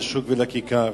לשוק ולכיכר".